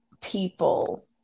people